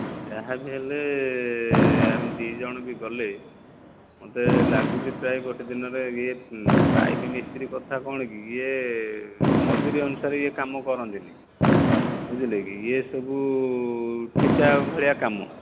ଯାହା ବି ହେଲେ ଆମେ ଦୁଇ ଜଣ ବି ଗଲେ ମୋତେ ଲାଗୁଛି ପ୍ରାୟ ଗୋଟିଏ ଦିନରେ ୟେ ପାଇପ୍ ମିସ୍ତ୍ରୀ କଥା କଣକି ୟେ ମଜୁରୀ ଅନୁସାରେ ୟେ କାମ କରନ୍ତିନି ବୁଝିଲେ କି ୟେ ସବୁ ଠିକା ଭଳିଆ କାମ